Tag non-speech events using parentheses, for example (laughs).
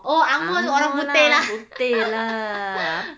oh ang moh tu orang putih lah (laughs)